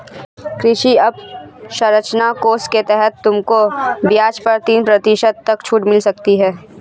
कृषि अवसरंचना कोष के तहत तुमको ब्याज पर तीन प्रतिशत तक छूट मिल सकती है